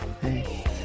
Hey